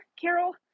Carol